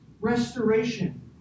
restoration